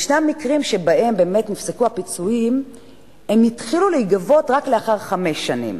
ישנם מקרים שבהם נפסקו הפיצויים והם התחילו להיגבות רק לאחר חמש שנים,